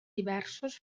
diversos